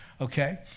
Okay